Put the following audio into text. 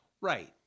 Right